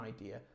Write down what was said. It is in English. idea